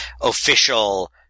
official